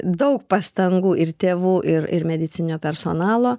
daug pastangų ir tėvų ir ir medicininio personalo